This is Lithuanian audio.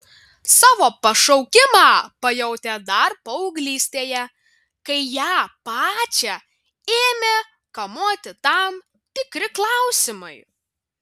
savo pašaukimą pajautė dar paauglystėje kai ją pačią ėmė kamuoti tam tikri klausimai